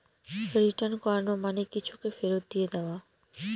return করানো মানে কিছুকে ফেরত দিয়ে দেওয়া